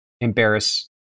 embarrass